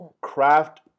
craft